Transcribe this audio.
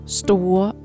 store